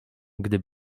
gdy